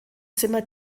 zimmer